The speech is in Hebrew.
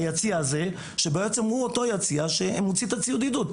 היציע הזה שבעצם הוא אותו יציע שמוציא את הציוד עידוד.